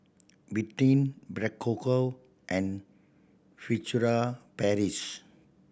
Betadine Berocca and Furtere Paris